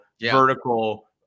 vertical